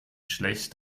schlecht